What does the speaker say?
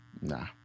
Nah